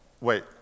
wait